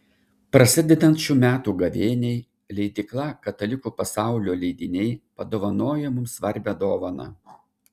prasidedant šių metų gavėniai leidykla katalikų pasaulio leidiniai padovanojo mums svarbią dovaną